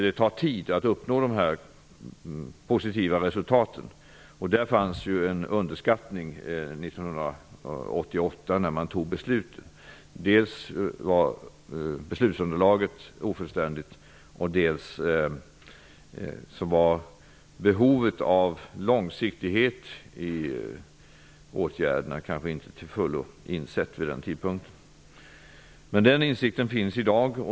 Det tar tid att uppnå positiva resultat. Detta problem underskattade man 1988 när beslutet fattades. Beslutsunderlaget var ofullständigt. Vid den tidpunkten hade man kanske inte heller till fullo insett behovet av långsiktighet i åtgärderna. Den insikten finns i dag.